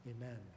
Amen